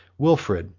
wilfrid,